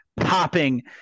popping